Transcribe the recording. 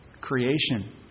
creation